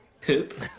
poop